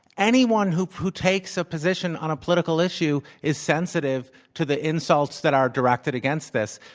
anyone who who takes a position on a political issue is sensitive to the insults that are directed against this.